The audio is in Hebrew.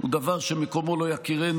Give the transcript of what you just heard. הוא דבר שמקומו לא יכירנו.